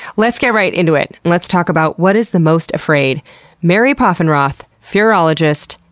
let's get right into it, and let's talk about what is the most afraid mary poffenroth, fearologist,